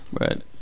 Right